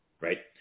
Right